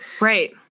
Right